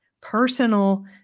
personal